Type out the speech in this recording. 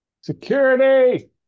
Security